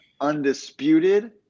undisputed